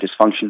dysfunction